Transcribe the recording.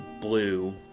Blue